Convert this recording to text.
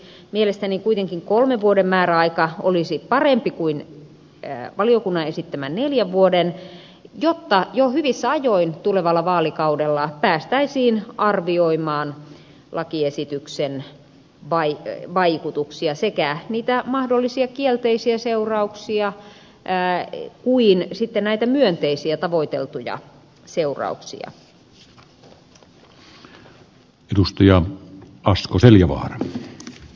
mielestäni kuitenkin kolmen vuoden määräaika olisi parempi kuin valiokunnan esittämä neljän vuoden jotta jo hyvissä ajoin tulevalla vaalikaudella päästäisiin arvioimaan lakiesityksen vaikutuksia sekä niitä mahdollisia kielteisiä seurauksia että sitten näitä myönteisiä tavoiteltuja seurauksia